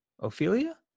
Ophelia